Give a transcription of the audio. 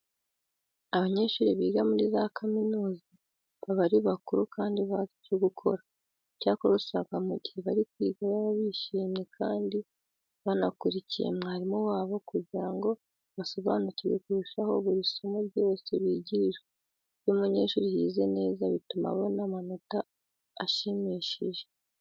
Abanyeshuri biga muri kaminuza baba ari bakuru kandi bazi icyo gukora. Icyakora usanga mu gihe bari kwiga baba bishimye kandi banakurikiye mwarimu wabo kugira ngo basobanukirwe kurushaho buri somo ryose bigishwa. Iyo umunyeshuri yize neza bituma abona amanota ashimishije.